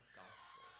gospel